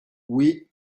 oui